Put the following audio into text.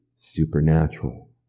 supernatural